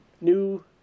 new